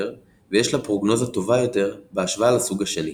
ויש לה פרוגנוזה טובה יותר בהשוואה לסוג השני.